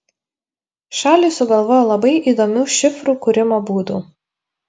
šalys sugalvojo labai įdomių šifrų kūrimo būdų